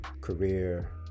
career